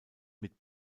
mit